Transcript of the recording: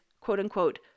quote-unquote